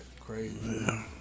crazy